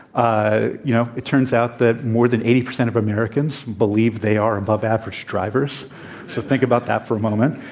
ah you know, it turns out that more than eighty percent of americans believe they are above-average drivers, so think about that for a moment.